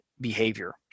behavior